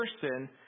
person